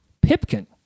Pipkin